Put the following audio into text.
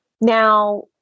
Now